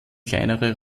kleinere